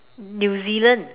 New Zealand